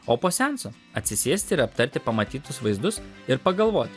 o po seanso atsisėsti ir aptarti pamatytus vaizdus ir pagalvoti